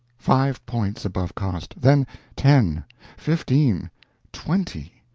five points above cost then ten fifteen twenty!